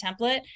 template